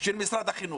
של משרד החינוך.